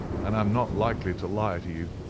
and i am not likely to lie to you.